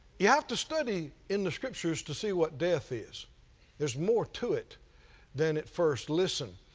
you have to study in the scriptures to see what death is there's more to it than at first listen.